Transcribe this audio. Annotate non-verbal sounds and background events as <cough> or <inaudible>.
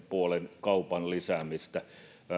<unintelligible> puolen kaupan lisäämistä